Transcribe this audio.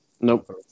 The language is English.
Nope